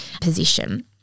position –